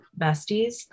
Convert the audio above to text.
besties